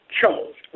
chose